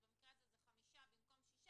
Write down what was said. אז במקרה הזה זה חמישה במקום 15,